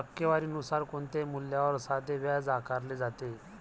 टक्केवारी नुसार कोणत्याही मूल्यावर साधे व्याज आकारले जाते